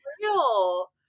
real